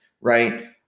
right